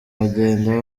bagenda